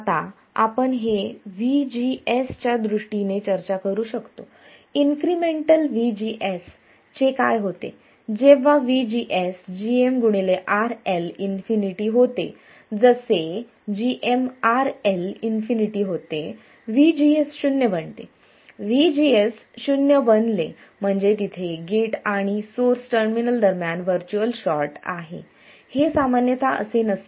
आता आपण हे VGS च्या दृष्टीने चर्चा करू शकतो इन्क्रिमेंटल VGS चे काय होते जेव्हा VGS gmRL इन्फिनिटी होते जसे gm RL ∞ VGS शून्य बनते VGS शून्य बनले म्हणजे तिथे गेट आणि सोर्स टर्मिनल दरम्यान व्हर्च्युअल शॉर्ट आहे हे सामान्यतः असे नसते